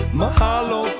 mahalo